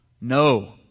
No